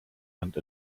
and